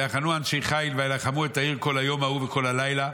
ויחנו אנשי חיל ויילחמו את העיר כל היום ההוא וכל הלילה,